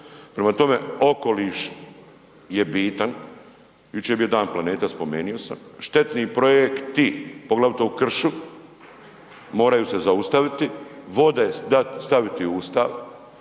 Prema tome, okoliš je bitan, jučer je bio Dan planeta spomenio sam, štetni projekti poglavito u kršu moraju se zaustaviti, vode staviti u Ustav